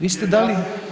Vi ste dali…